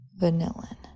Vanillin